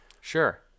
Sure